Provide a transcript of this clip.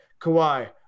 Kawhi